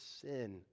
sin